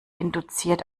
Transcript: induziert